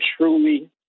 truly